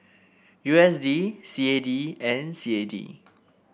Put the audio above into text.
U S D C A D and C A D